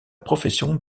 profession